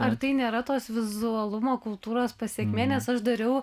ar tai nėra tos vizualumo kultūros pasekmė nes aš dariau